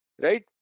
right